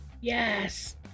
Yes